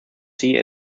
sea